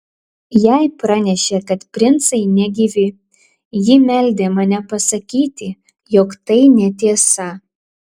jai pranešė kad princai negyvi ji meldė mane pasakyti jog tai netiesa